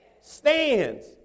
stands